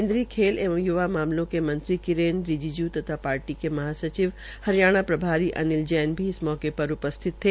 केन्द्रीय खेल एवं युवा मामलों के मंत्री किरेन रिजिज् तथा पार्टी के महासचिव हरियाणा प्रभारी अनिल जैन इस मौके पर उपस्थित थे